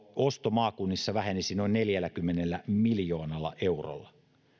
osto maakunnissa vähenisi noin neljälläkymmenellä miljoonalla eurolla